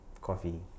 coffee